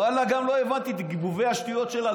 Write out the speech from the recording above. ואללה, גם לא הבנתי את גיבובי השטויות שלה.